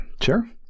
Sure